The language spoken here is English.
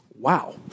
Wow